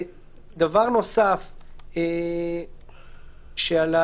דבר נוסף שעלה